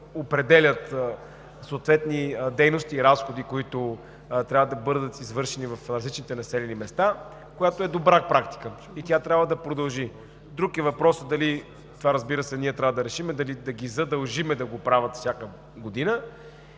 определят съответните дейности и разходи, които трябва да бъдат извършени в различните населени места. Това е добра практика и тя трябва да продължи. Друг е въпросът, разбира се, че ние трябва да решим дали да ги задължим да го правят всяка година,